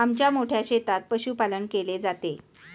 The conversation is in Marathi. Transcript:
आमच्या मोठ्या शेतात पशुपालन केले जाते